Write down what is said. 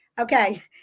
Okay